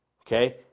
okay